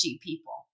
people